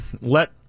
let